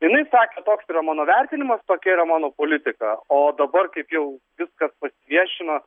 jinai sakė toks yra mano vertinimas tokia yra mano politika o dabar kaip jau viskas pasiviešino